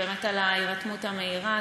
באמת על ההירתמות המהירה.